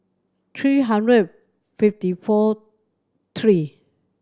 three hundred fifty four three